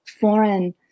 foreign